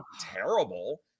terrible